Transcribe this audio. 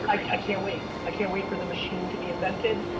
like i can't wait. i can't wait for the machine to be invented.